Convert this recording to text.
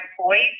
voice